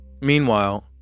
Meanwhile